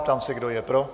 Ptám se, kdo je pro.